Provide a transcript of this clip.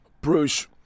Bruce